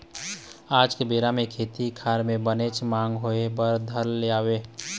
आज के बेरा म खेती खार के बनेच मांग होय बर धर ले हवय